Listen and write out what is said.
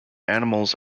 animals